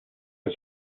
was